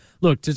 Look